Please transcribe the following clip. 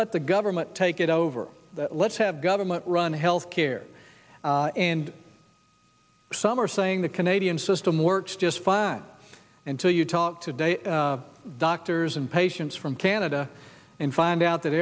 let the government take it over let's have government run health care and some are saying the canadian system works just fine until you talk to doctors and patients from canada and find out that